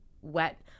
wet